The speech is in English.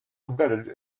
embedded